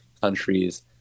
countries